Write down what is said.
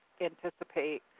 anticipate